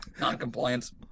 non-compliance